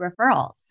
referrals